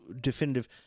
definitive